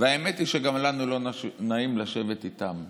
והאמת היא שגם לנו לא נעים לשבת איתם.